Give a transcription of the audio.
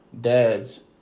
dad's